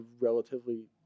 relatively